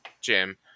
Jim